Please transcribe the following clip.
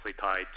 tied